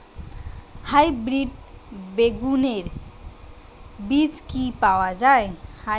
Hybrid বেগুনের বীজ কি পাওয়া য়ায়?